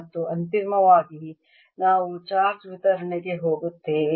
ಮತ್ತು ಅಂತಿಮವಾಗಿ ನಾವು ಚಾರ್ಜ್ ವಿತರಣೆಗೆ ಹೋಗುತ್ತೇವೆ